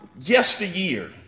yesteryear